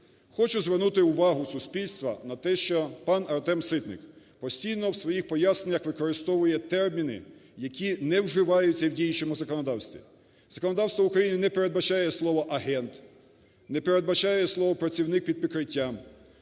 Хочу звернути увагу суспільства на те, що пан Артем Ситник постійно у своїх поясненнях використовує терміни, які не вживаються у діючому законодавстві. Законодавство України не передбачає слово "агент", не передбачає слово "працівник під прикриттям".